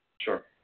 Sure